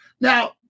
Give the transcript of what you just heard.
now